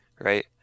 right